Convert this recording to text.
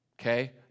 Okay